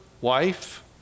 wife